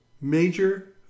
major